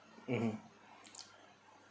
mmhmm